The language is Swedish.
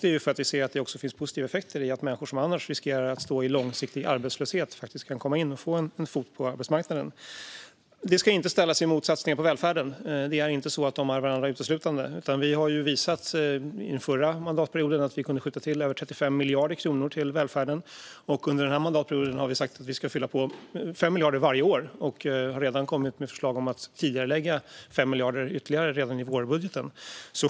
Det är för att vi ser den positiva effekten att människor som annars riskerar att hamna i långsiktig arbetslöshet faktiskt kan få in en fot på arbetsmarknaden. Detta ska inte ställas i motsats till satsningar på välfärden. Det är inte så att de är varandra uteslutande. Vi kunde ju under förra mandatperioden skjuta till över 35 miljarder kronor till välfärden. Under den här mandatperioden har vi sagt att vi ska fylla på med 5 miljarder varje år, och vi har redan kommit med förslag om att tidigarelägga ytterligare 5 miljarder redan i vårbudgeten.